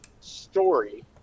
story